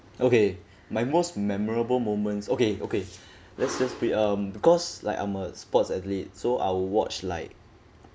okay my most memorable moments okay okay let's just be um because like I'm a sports athlete so I will watch like